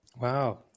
Wow